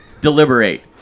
deliberate